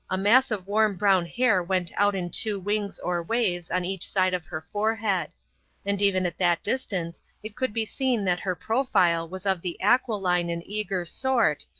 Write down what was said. a mass of warm brown hair went out in two wings or waves on each side of her forehead and even at that distance it could be seen that her profile was of the aquiline and eager sort,